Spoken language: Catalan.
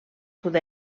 sud